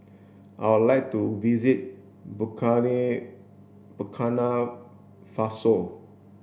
I would like to visit Burkina Faso